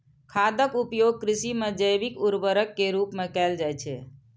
खादक उपयोग कृषि मे जैविक उर्वरक के रूप मे कैल जाइ छै